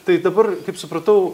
tai dabar kaip supratau